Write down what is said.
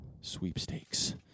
sweepstakes